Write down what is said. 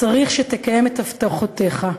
צריך שתקיים את הבטחותיך.